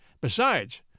Besides